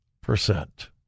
percent